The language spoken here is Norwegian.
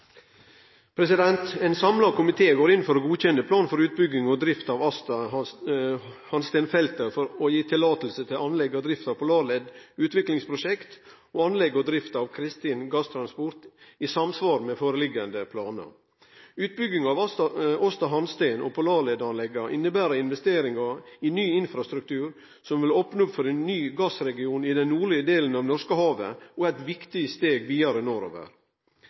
samla komité går inn for å godkjenne planen for utbygging og drift av Aasta Hansteen-feltet og å gi løyve til anlegg og drift av Polarled utviklingsprosjekt og til anlegg og drift av Kristin gasseksportprosjekt i samsvar med planane som ligg føre. Utbygginga av Aasta Hansteen og Polarledanlegga inneber investeringar i ny infrastruktur som vil opne opp for ein ny gassregion i den nordlege delen av Norskehavet, og vil vere eit viktig steg